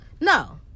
No